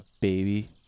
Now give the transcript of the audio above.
baby